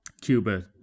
Cuba